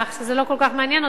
זה לא כל כך מעניין אותו,